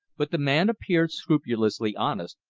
but the man appeared scrupulously honest,